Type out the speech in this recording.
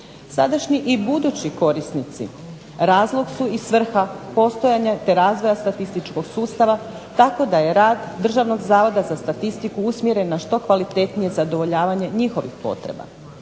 Sadašnji i budući korisnici razlog su i svrha postojanja te razvoja statističkog sustava tako da je rad Državnog zavoda za statistiku usmjeren na što kvalitetnije zadovoljavanje njihovih potreba.